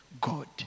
God